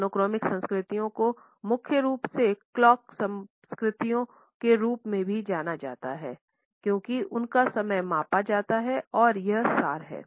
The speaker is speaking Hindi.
मोनोक्रॉनिक संस्कृतियों को मुख्य रूप से क्लॉक संस्कृतियों के रूप में भी जाना जाता है क्योंकि उनका समय मापा जाता है और यह सार है